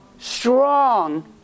Strong